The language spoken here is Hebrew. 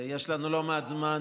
יש לנו לא מעט זמן